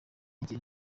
igihe